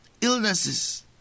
illnesses